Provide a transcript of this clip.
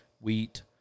wheat